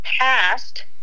past